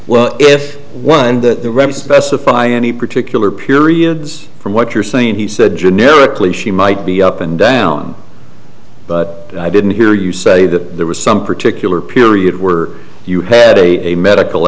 well if one the rep specify any particular periods from what you're saying he said generically she might be up and down but i didn't hear you say that there was some particular period were you had a medical